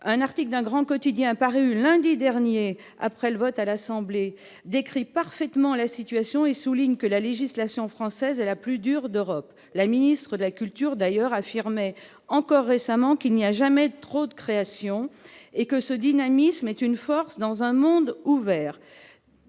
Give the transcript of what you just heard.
un article d'un grand quotidien paru lundi dernier, après le vote à l'Assemblée, décrit parfaitement la situation et souligne que la législation française est la plus dure d'Europe, la ministre de la culture, d'ailleurs, affirmait encore récemment qu'il n'y a jamais de trop de création et que ce dynamisme est une force dans un monde ouvert